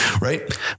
Right